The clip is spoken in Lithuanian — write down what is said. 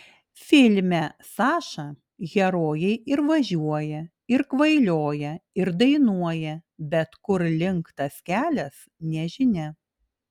filme saša herojai ir važiuoja ir kvailioja ir dainuoja bet kur link tas kelias nežinia